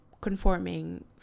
conforming